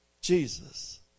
Jesus